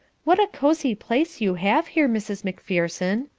what a cosy place you have here, mrs. macpherson,